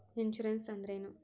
Insurance ಅಂದ್ರೇನು?